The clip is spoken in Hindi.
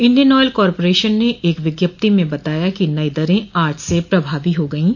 इंडियन ऑयल कॉर्पोरेशन ने एक विज्ञप्ति में बताया कि नई दरें आज से प्रभावी हो गयीं